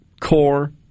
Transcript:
core